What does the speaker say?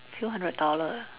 few hundred dollar